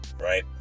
right